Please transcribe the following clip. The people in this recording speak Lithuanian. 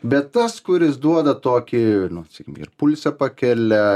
bet tas kuris duoda tokį nu sakykim ir pulsą pakelia